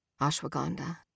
ashwagandha